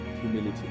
humility